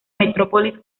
metrópolis